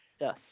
Yes